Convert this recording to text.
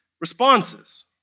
responses